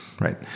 right